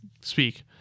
speak